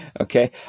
Okay